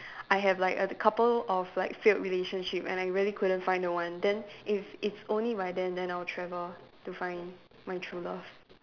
I have like a couple of like failed relationship and I really couldn't find the one then if it's only by then then I'll travel to find my true love